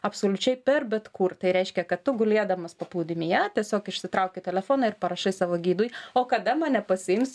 absoliučiai per bet kur tai reiškia kad tu gulėdamas paplūdimyje tiesiog išsitrauki telefoną ir parašai savo gidui o kada mane pasiims